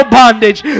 bondage